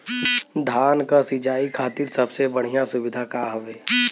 धान क सिंचाई खातिर सबसे बढ़ियां सुविधा का हवे?